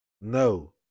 no